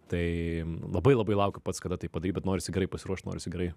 tai labai labai laukiu pats kada tai padaryt bet norisi gerai pasiruošt norisi gerai